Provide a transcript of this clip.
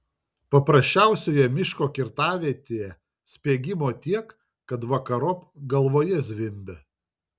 paprasčiausioje miško kirtavietėje spiegimo tiek kad vakarop galvoje zvimbia